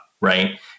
right